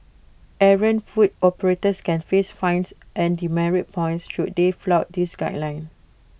errant food operators can face fines and demerit points should they flout these guidelines